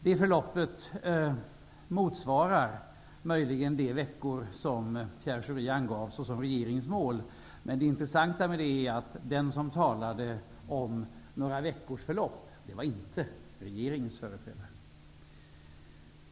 Det förloppet motsvarar möjligen de veckor som Pierre Schori angav vara regeringens mål, men det intressanta med det är att den som talade om några veckors förlopp inte var regeringens företrädare.